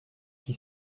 qui